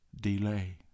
delay